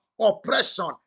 oppression